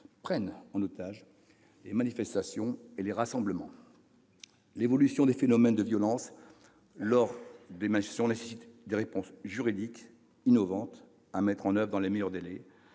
prennent en otage les manifestations et les rassemblements. L'évolution des phénomènes de violences lors des manifestations nécessite des réponses juridiques innovantes à mettre en oeuvre dans les meilleurs délais.